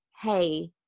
Hey